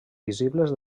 visibles